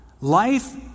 Life